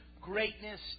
greatness